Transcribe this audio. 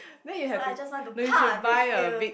then you have no you should but a big